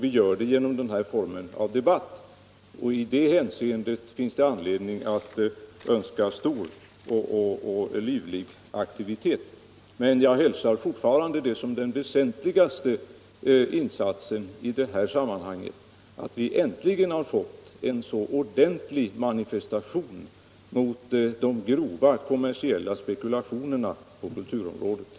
Vi gör det genom den här formen av debatt. I det hänseendet finns det anledning att önska stor och livlig aktivitet. Men det väsentligaste i detta sammanhang anser jag fortfarande Nr 110 vara att vi nu äntligen fått en ordentlig manifestation mot de grova kom Tisdagen den mersiella spekulationerna på kulturområdet.